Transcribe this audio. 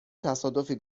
تصادفی